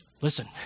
Listen